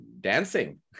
dancing